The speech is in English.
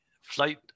Flight